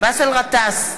באסל גטאס,